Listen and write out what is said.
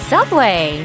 Subway